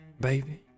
baby